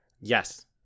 yes